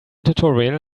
tutorial